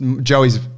Joey's